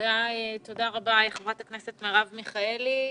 תודה רבה, חברת הכנסת מרב מיכאלי.